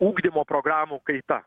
ugdymo programų kaita